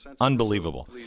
Unbelievable